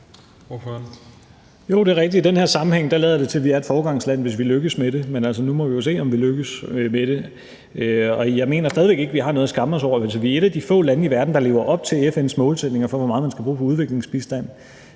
Jo, det er rigtigt. I den her sammenhæng lader det til, at vi er et foregangsland, hvis vi lykkes med det. Men nu må vi jo se, om vi lykkes med det, og jeg mener stadig væk ikke, vi har noget at skamme os over. Altså, vi er et af de få lande i verden, der lever op til FN's målsætninger for, hvor meget man skal bruge på udviklingsbistand,